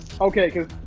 Okay